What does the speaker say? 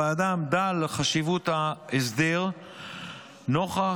הוועדה עמדה על חשיבות ההסדר נוכח